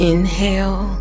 Inhale